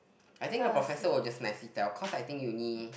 I think the professor will just nicely tell cause I think uni